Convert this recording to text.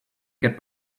get